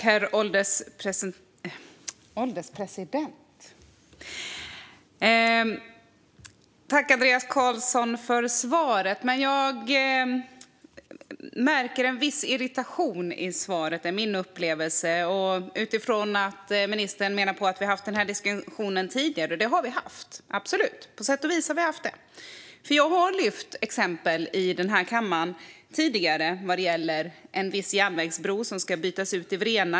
Herr ålderspresident! Jag tackar Andreas Carlson för svaret. Jag märker en viss irritation i svaret, eller det är i alla fall min upplevelse utifrån att ministern menar att vi har haft denna diskussion tidigare. Och på sätt och vis har vi absolut haft det, för jag har tidigare i kammaren lyft exempelvis en viss järnvägsbro som ska bytas ut i Vrena.